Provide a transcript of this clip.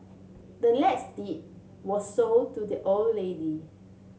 the land's deed was sold to the old lady